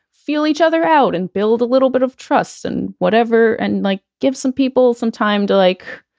feel each other out and build a little bit of trust and whatever and like give some people some time to, like,